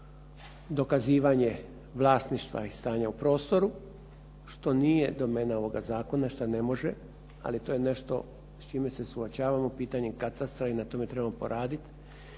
dokazivanje vlasništva i stanja u prostoru što nije domena ovoga zakona, što ne može. Ali to je nešto s čime se suočavamo, pitanje katastra i na tome trebamo poraditi